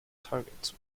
targets